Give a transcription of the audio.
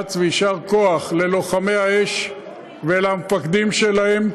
ואמץ ויישר כוח ללוחמי האש ולמפקדים שלהם.